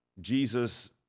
Jesus